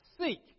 seek